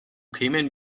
kämen